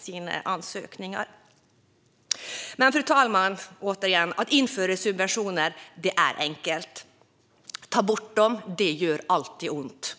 sina ansökningar beviljade. Men återigen, fru talman: Att införa subventioner är enkelt. Att ta bort dem gör alltid ont.